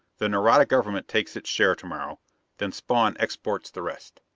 the nareda government takes its share to-morrow then spawn exports the rest.